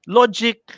logic